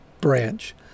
branch